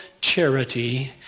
charity